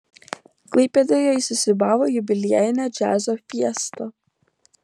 klaipėdoje įsisiūbavo jubiliejinė džiazo fiesta